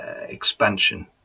expansion